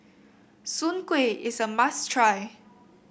Soon Kway is a must try